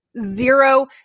zero